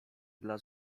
dla